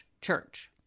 church